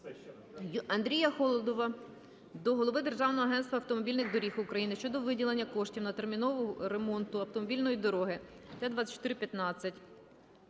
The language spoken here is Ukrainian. Андрія Холодова до голови Державного агентства автомобільних доріг України щодо виділення коштів та термінового ремонту автомобільної дороги Т-24-15